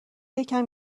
یکم